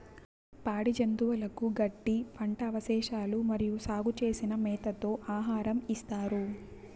పాడి జంతువులకు గడ్డి, పంట అవశేషాలు మరియు సాగు చేసిన మేతతో ఆహారం ఇస్తారు